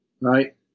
Right